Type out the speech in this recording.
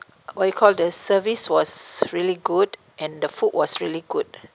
what you call the service was really good and the food was really good